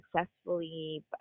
successfully